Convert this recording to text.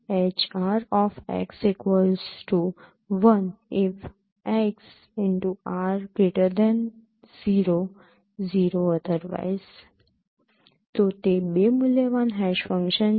તો તે બે મૂલ્યવાન હેશ ફંક્શન છે